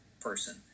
person